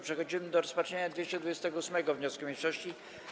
Przechodzimy do rozpatrzenia 228. wniosku mniejszości.